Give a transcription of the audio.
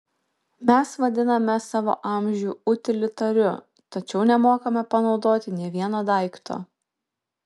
mes vadiname savo amžių utilitariu tačiau nemokame panaudoti nė vieno daikto